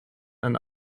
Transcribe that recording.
and